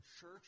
church